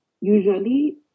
usually